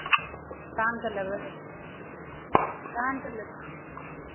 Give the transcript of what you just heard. कानके लेबै कानके लेब